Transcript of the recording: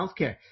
healthcare